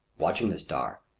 watching the star,